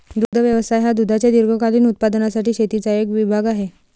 दुग्ध व्यवसाय हा दुधाच्या दीर्घकालीन उत्पादनासाठी शेतीचा एक विभाग आहे